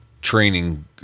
training